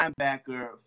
linebacker